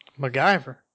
MacGyver